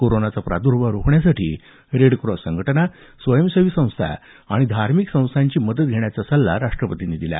कोरोनाचा प्रादुर्भाव रोखण्यासाठी रेड क्रॉस संघटना स्वयंसेवी संस्था आणि धार्मिक संस्थांची मदत घेण्याचा सल्ला त्यांनी दिला